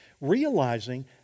realizing